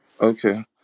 Okay